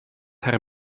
haar